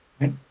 right